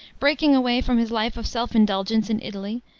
breaking away from his life of selfish indulgence in italy,